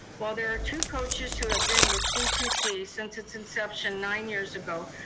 while there are two coaches who have been with c two c since its inception nine years ago,